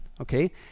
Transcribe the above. okay